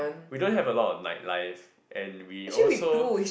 we don't have a lot of night life and we also